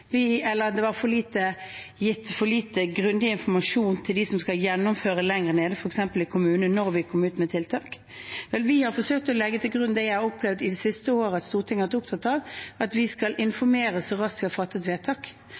eller at det var gitt for lite grundig informasjon til dem som skal gjennomføre lenger nede, f.eks. i kommunene, når vi kom med tiltak. Vel – vi har forsøkt å legge til grunn det jeg har opplevd at Stortinget har vært opptatt av det siste året: at vi skal informere så raskt vi har fattet vedtak,